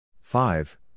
Five